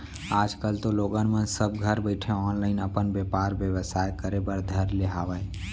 आज कल तो लोगन मन सब घरे बइठे ऑनलाईन अपन बेपार बेवसाय करे बर धर ले हावय